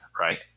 right